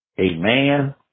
Amen